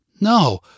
No